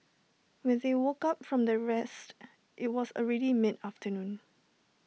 when they woke up from their rest IT was already mid afternoon